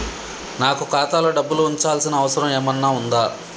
నాకు ఖాతాలో డబ్బులు ఉంచాల్సిన అవసరం ఏమన్నా ఉందా?